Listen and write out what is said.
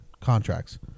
contracts